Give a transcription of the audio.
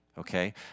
Okay